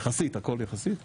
הכל יחסית.